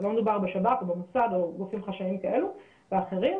לא מדובר בשב"כ או במוסד או בגופים חשאיים כאלה ואחרים.